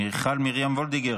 מיכל מרים וולדיגר,